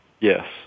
Yes